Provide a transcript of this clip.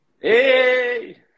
Hey